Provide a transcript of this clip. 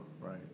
right